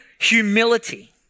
humility